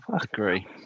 agree